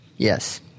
Yes